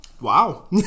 Wow